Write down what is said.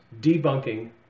debunking